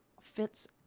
fits